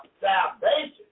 salvation